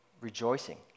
rejoicing